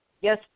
yes